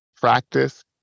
practice